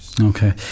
Okay